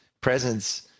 presence